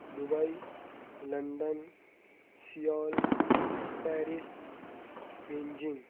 Dubai London Seoul Paris Beijing